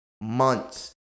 months